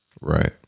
Right